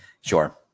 Sure